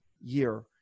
year